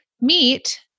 Meet